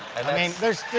i mean there's